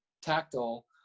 tactile